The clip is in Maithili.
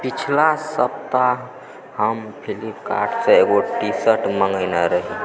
पिछला सप्ताह हम फ्लिपकार्टसँ एगो टीशर्ट मँगेने रही